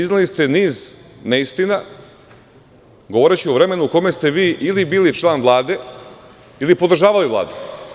Izneli ste niz neistina govoreći o vremenu u kome ste vi ili bili član Vlade, ili podržavali Vladu.